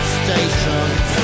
stations